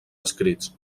escrits